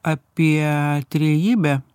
apie trejybę